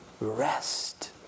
rest